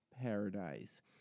paradise